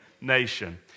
nation